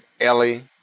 Ellie